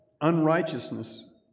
unrighteousness